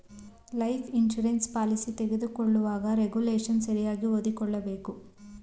life insurance policy ತಗೊಳ್ಳುವಾಗ regulation ಸರಿಯಾಗಿ ಓದಿಕೊಳ್ಳಬೇಕು